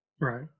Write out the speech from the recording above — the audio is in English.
Right